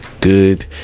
good